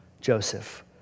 Joseph